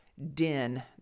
den